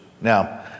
Now